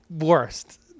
worst